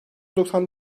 doksan